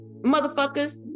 motherfuckers